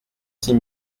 six